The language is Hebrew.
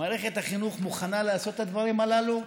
מערכת החינוך מוכנה לעשות את הדברים הללו?